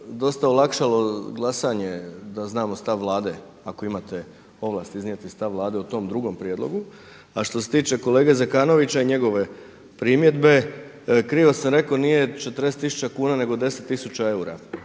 dosta olakšalo glasanje da znamo stav Vlade, ako imate ovlasti iznijeti stav Vlade o tom drugom prijedlogu. A što se tiče kolege Zekanovića i njegove primjedbe krivo sam rekao nije 40 tisuća kuna nego deset